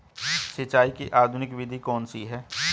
सिंचाई की आधुनिक विधि कौन सी है?